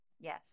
Yes